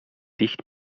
dicht